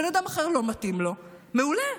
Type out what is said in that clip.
בן אדם אחר, לא מתאים לו, מעולה,